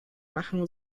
machen